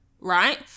right